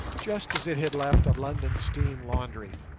just as it had left a london steam laundry,